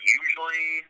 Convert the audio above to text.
usually